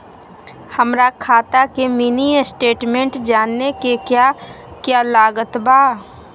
हमरा खाता के मिनी स्टेटमेंट जानने के क्या क्या लागत बा?